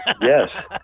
Yes